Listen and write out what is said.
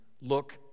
look